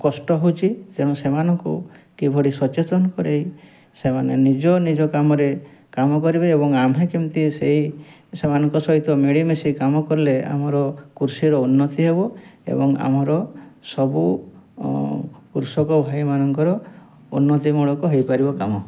କଷ୍ଟ ହେଉଛି ତେଣୁ ସେମାନଙ୍କୁ କିଭଳି ସଚେତନ କରାଇ ସେମାନେ ନିଜ ନିଜ କାମରେ କାମ କରିବେ ଏବଂ ଆମେ କେମିତି ସେହି ସେମାନଙ୍କ ସହିତ ମିଳିମିଶି କାମ କଲେ ଆମର କୃଷିର ଉନ୍ନତି ହେବ ଏବଂ ଆମର ସବୁ କୃଷକ ଭାଇ ମାନଙ୍କର ଉନ୍ନତି ମୂଳକ ହେଇପାରିବ କାମ